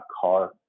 car